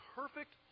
perfect